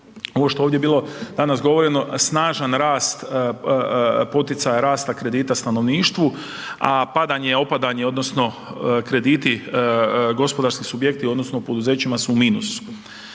ovo što je ovdje bilo danas govoreno snažan rast poticaja rasta kredita stanovništvu, a padanje, opadanje odnosno krediti, gospodarski subjekti odnosno poduzećima su u minusu.